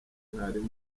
mwalimu